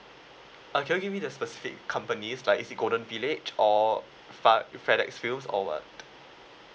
uh can you give me the specific companies like is it golden village or fad~ Fedex feels or what